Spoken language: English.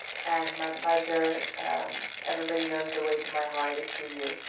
and my pleasure everybody knows the way to my heart is through you.